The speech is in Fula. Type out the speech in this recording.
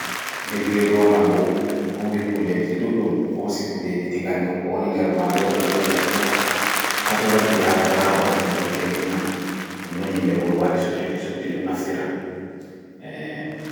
Jirgin ruwa man ho wuuwi kuuje ji ɗuɗɗum hoosi kuuje ji kowoni nɗer maayo ɓiɓɓe leɗɗe pat waɗɗi haa gaaɓa hunɗuko teku man nonno himɓe wuro wari supti ti supti ɗo naftira